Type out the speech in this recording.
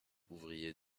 ouvrier